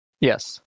yes